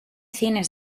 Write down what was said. cine